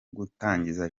gutangiza